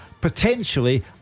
Potentially